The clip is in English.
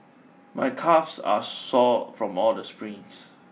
my calves are sore from all the sprints